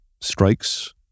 strikes